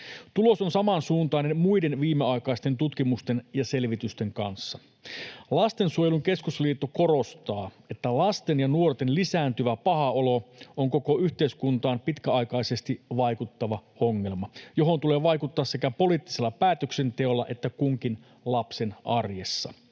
Tulos on samansuuntainen muiden viimeaikaisten tutkimusten ja selvitysten kanssa. Lastensuojelun Keskusliitto korostaa, että lasten ja nuorten lisääntyvä paha olo on koko yhteiskuntaan pitkäaikaisesti vaikuttava ongelma, johon tulee vaikuttaa sekä poliittisella päätöksenteolla että kunkin lapsen arjessa.